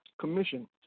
Commission